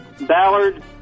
Ballard